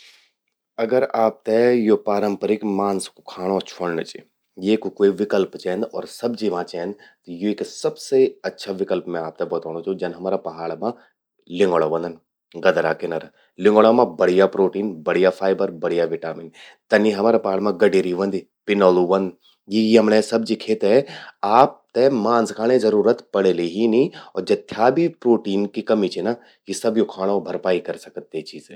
अगर आपते यो पारंपरिक मांस कू खाणों छ्वोंण चि, येकू कोई विकल्प चेंद अर सब्जी मां चेंद त येका सबसे अच्छा विकल्प मैं आपते बतौंणूं छूं। जन हमरा पहाड़ मां ल्यंगुड़ा ह्वंदन गदरा किनारा। ल्यंगुड़ा मां बढ़िया प्रोटीन, बढ़िया फाइबर, बढ़िया विटामिन। तनि हमारा पहाड़ मां गडेरी ह्वोंदि, पिनालु ह्वंद। यि यमण्यें सब्जी खेते आपते मांस खाणें जरूरत पड़ेलि ही नी। अर जथ्या भी प्रोटीने कमी चि ना, यी सब यो खाणों भरपाई करि सकद ते चीजे।